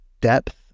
depth